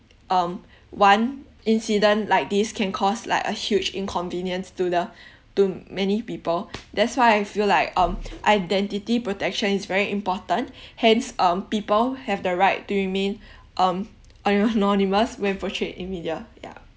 um one incident like this can cause like a huge inconvenience to the to many people that's why I feel like um identity protection is very important hence um people have the right to remain um anonymous when portrayed in media yeah